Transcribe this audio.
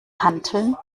hanteln